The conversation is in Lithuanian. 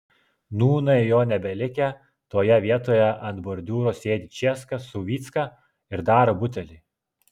nūnai jo nebelikę toje vietoje ant bordiūro sėdi česka su vycka ir daro butelį